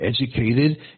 educated